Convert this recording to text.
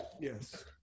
yes